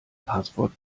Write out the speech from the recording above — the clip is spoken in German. passwort